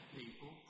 people